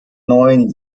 neun